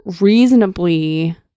reasonably